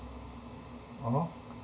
!oho!